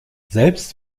selbst